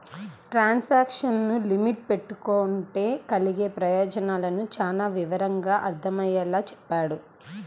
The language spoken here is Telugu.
ట్రాన్సాక్షను లిమిట్ పెట్టుకుంటే కలిగే ప్రయోజనాలను చానా వివరంగా అర్థమయ్యేలా చెప్పాడు